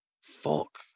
fuck